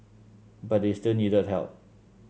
but they still needed help